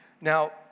Now